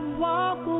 walk